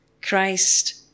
Christ